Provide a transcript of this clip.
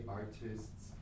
artists